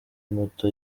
muto